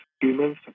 humans